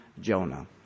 Jonah